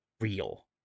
real